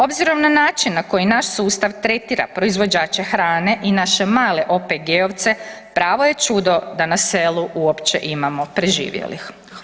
Obzirom na način na koji naš sustav tretira proizvođače hrane i naše male OPG-ovce pravo je čudo da na selu uopće imamo preživjelih.